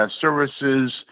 services